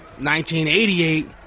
1988